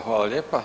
Hvala lijepa.